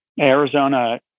Arizona